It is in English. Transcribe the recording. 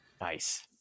Nice